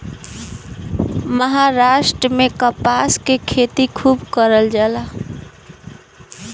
महाराष्ट्र में कपास के खेती खूब करल जाला